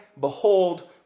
behold